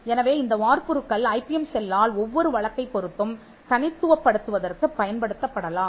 எனவே இந்த வார்ப்புருக்கள் ஐபிஎம் செல்லால் ஒவ்வொரு வழக்கைப் பொருத்தும் தனித்துவப் படுத்துவதற்குப் பயன்படுத்தப்படலாம்